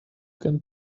can